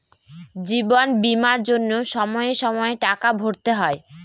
জীবন বীমার জন্য সময়ে সময়ে টাকা ভরতে হয়